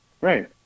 Right